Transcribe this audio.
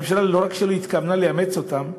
הממשלה לא רק שלא התכוונה לאמץ אותם,